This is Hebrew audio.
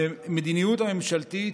שהמדיניות הממשלתית,